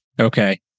Okay